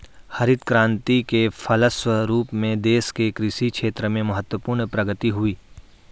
हरित क्रान्ति के फलस्व रूप देश के कृषि क्षेत्र में महत्वपूर्ण प्रगति हुई